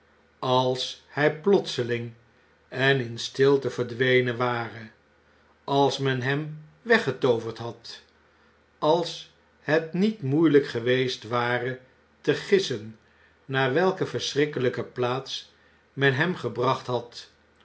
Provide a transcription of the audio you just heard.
als hij plotseling en in stilte verdwenen ware als men hem weggetooverd had als het niet moeilijk geweest ware te gissen naar welke verschrikkelijke plaats men hem gebracht had